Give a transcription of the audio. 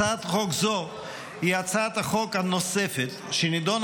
הצעת חוק זו היא הצעת החוק הנוספת שנדונה